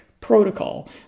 protocol